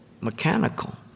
mechanical